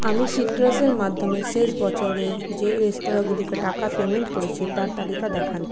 আমি সিট্রাসের মাধ্যমে শেষ বছরে যে রেস্তোরাঁগুলিকে টাকা পেমেন্ট করেছি তার তালিকা দেখান